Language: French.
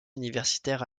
universitaire